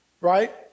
right